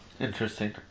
Interesting